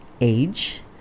age